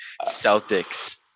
celtics